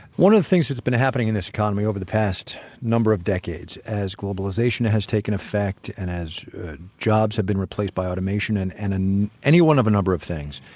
one of the things that's been happening in this economy over the past number of decades, as globalization has taken effect, and as jobs have been replaced by automation, and and and any one of a number of things,